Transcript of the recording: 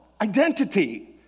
identity